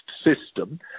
system